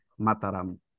Mataram